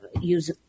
use